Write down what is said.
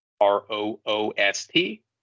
r-o-o-s-t